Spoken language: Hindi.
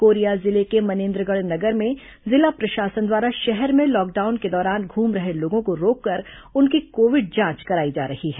कोरिया जिले के मनेन्द्रगढ़ नगर में जिला प्रशासन द्वारा शहर में लॉकडाउन के दौरान घूम रहे लोगों को रोककर उनकी कोविड जांच कराई जा रही है